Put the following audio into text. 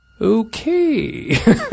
Okay